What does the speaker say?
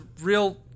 real